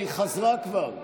היא חזרה כבר.